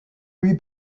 lui